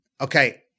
Okay